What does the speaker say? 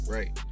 Right